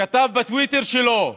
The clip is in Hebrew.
הוא כתב בטוויטר שלו: